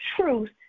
truth